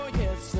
yes